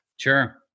Sure